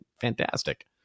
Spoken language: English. fantastic